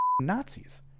Nazis